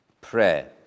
Prayer